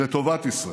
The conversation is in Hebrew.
לטובת ישראל.